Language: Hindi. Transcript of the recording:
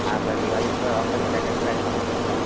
आप बस दिवाली पर ऑफर ज़्यादा देते हैं कम नहीं होता है